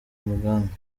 mugambi